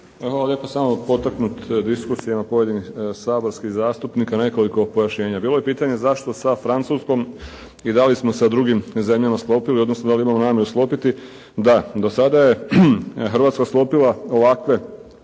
lijepa. Samo potaknut diskusijama pojedinih saborskih zastupnika, nekoliko pojašnjenja. Bilo je pitanje zašto sa Francuskom i da li smo sa drugim zemljama sklopili, odnosno da li imamo namjeru sklopiti? Da. Do sada je Hrvatska sklopila ovakve